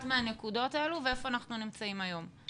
מהנקודות האלו והיכן אנחנו נמצאים היום.